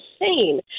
insane